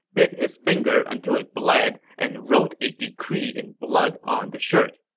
bit his finger until it bled, and wrote a decree in blood on the shirt.